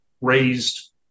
raised